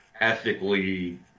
ethically